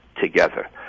together